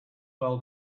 well